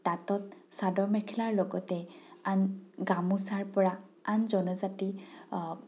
তাঁতত চাদৰ মেখেলাৰ লগতে আন গামোচাৰ পৰা আন জনজাতি